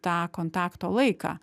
tą kontakto laiką